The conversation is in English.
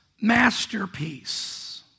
masterpiece